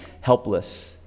helpless